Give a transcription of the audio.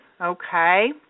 Okay